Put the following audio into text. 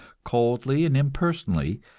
coldly and impersonally,